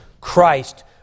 Christ